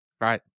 Right